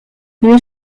une